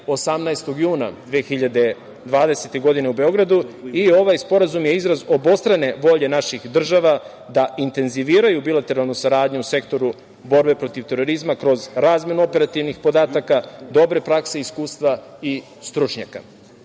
18. juna 2020. godine u Beogradu, i ovaj sporazum je izraz obostrane volje naših država da intenziviraju bilateralnu saradnju u sektoru borbe protiv terorizma kroz razmenu operativnih podataka, dobre prakse, iskustva i stručnjaka.